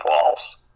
false